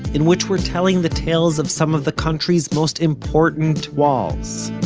in which we're telling the tales of some of the country's most important walls.